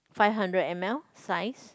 five hundred m_l size